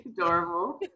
adorable